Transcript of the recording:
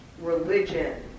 religion